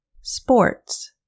Sports